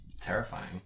terrifying